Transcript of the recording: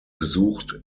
besucht